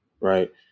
right